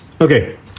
okay